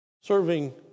serving